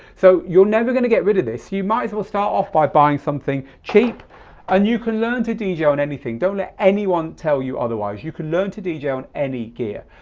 so you're never going to get rid of this, you might as well start off by buying something cheap and you can learn to to dj on anything. don't let anyone tell you otherwise. you can learn to to dj on any gear.